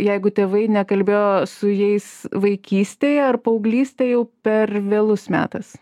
jeigu tėvai nekalbėjo su jais vaikystėje ar paauglystėje jau per vėlus metas